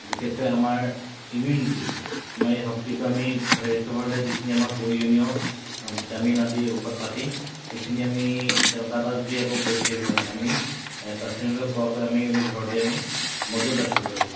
বিশেষকৈ আমাৰ ইমিউনিটি আমাৰ এই শক্তিটো আমি ধৰি ৰাখিব হ'লে যিখিনি আমাৰ প্ৰয়োজনীয় ভিটামিন আদি ঔষধ পাতি সেইখিনি আমি তেনেকুৱা এটা যদি আকৌ পৰিস্থিতি হ'বলৈ হয় আমি তাৎক্ষণিকভাৱে পোৱাকৈ আমি আমি ঘৰতে আমি মজুত ৰাখিব লাগিব